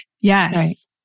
yes